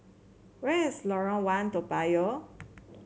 where is Lorong One Toa Payoh